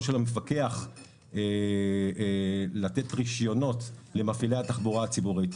של המפקח לתת רישיונות למפעילי התחבורה הציבורית.